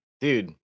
dude